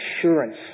assurance